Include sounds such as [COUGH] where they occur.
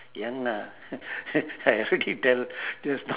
young ah [NOISE] I already tell just now